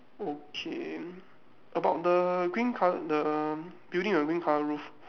okay about the green col~ the building the green colour roof